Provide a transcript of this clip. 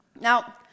Now